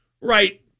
Right